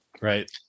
Right